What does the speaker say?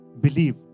Believe